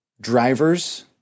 drivers